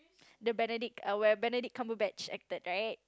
the Benedict where Benedict-Cumberbatch acted right